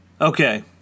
okay